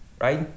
right